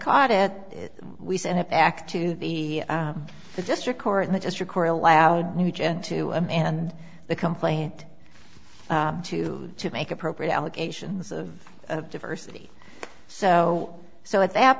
caught at it we send it back to the district court and they just record allowed nugent to him and the complaint two to make appropriate allegations of diversity so so at that